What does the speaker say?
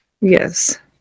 Yes